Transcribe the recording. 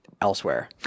elsewhere